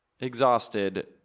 exhausted